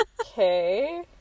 Okay